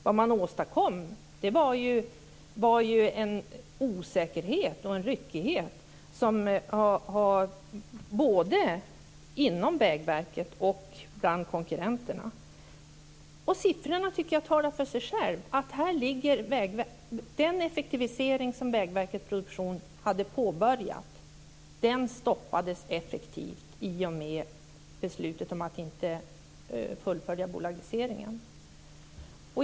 Vad man åstadkom var ju en osäkerhet och en ryckighet både inom Vägverket och bland konkurrenterna. Jag tycker att siffrorna talar för sig själva. Den effektivisering som Vägverket Produktion hade påbörjat stoppades effektivt i och med beslutet om att inte fullfölja bolagiseringen.